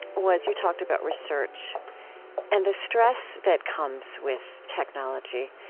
was you talked about research and the stress that comes with technology.